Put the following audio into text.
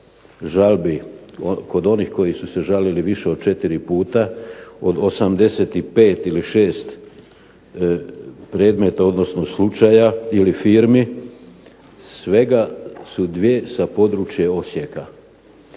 žalbi. Kod onih koji su se žalili više od 4 puta od 85 ili 86 predmeta odnosno slučaja ili firmi, svega su dvije sa područja Osijeka.